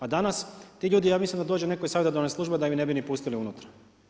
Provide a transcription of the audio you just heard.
A danas, ti ljudi ja mislim da dođe netko iz savjetodavne službe da ih ne bi ni pustili unutra.